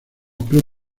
club